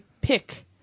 pick